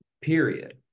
period